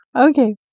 Okay